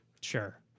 Sure